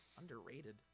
Underrated